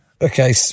Okay